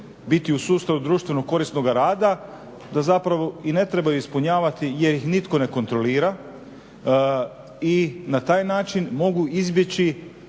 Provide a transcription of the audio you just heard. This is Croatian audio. biti u sustavu društveno korisnoga rada da zapravo i ne trebaju ispunjavati jer ih nitko ne kontrolira i na taj način mogu izbjeći